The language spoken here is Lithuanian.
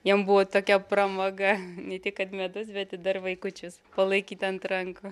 jiem buvo tokia pramoga ne tik kad medus bet ir dar vaikučius palaikyt ant rankų